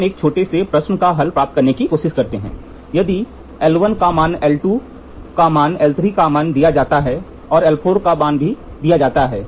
हम एक छोटे से प्रश्न का हल प्राप्त करने की कोशिश करते हैं यदि l1 का मान l2 का मान l3 का मान दिया जाता है और l4 का मान दिया जाता है